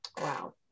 Wow